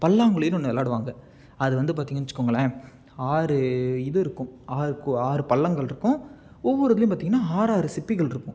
பல்லாங்குழின்னு ஒன்று விளாடுவாங்க அது வந்து பார்த்தீங்கன்னு வெச்சுக்கோங்களேன் ஆறு இது இருக்கும் ஆறு கோ ஆறு பள்ளங்கள் இருக்கும் ஒவ்வொரு இதுலேயும் பார்த்தீங்கன்னா ஆறாறு சிப்பிகளிருக்கும்